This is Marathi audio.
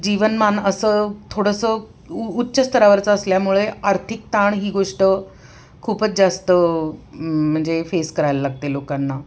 जीवनमान असं थोडंसं उ उच्च स्तरावरचं असल्यामुळे आर्थिक ताण ही गोष्ट खूपच जास्त म्हणजे फेस करायला लागते लोकांना